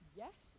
yes